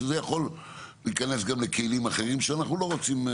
שזה יכול גם להיכנס לכלים אחרים שאנחנו לא רוצים,